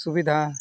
ᱥᱩᱵᱤᱫᱷᱟ